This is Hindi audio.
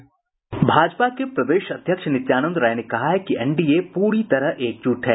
भाजपा के प्रदेश अध्यक्ष नित्यानंद राय ने कहा है कि एनडीए पूरी तरह एकजुट है